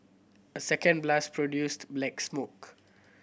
a second blast produced black smoke